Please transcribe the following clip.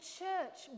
church